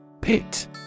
PIT